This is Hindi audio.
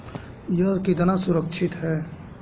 यह कितना सुरक्षित है?